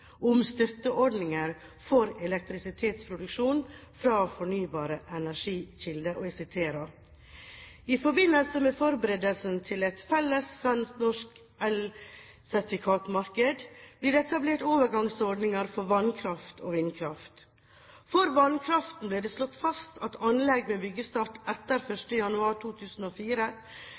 Om støtteordningen for elektrisitetsproduksjon fra fornybare energikilder: «I forbindelse med forberedelsene til et felles svensk-norsk elsertifikatmarked ble det etablert overgangsordninger for vannkraft og vindkraft. For vannkraften ble det slått fast at anlegg med byggestart etter 1. januar 2004